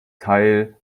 teil